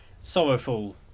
sorrowful